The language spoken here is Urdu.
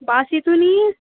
باسی تو نہیں ہے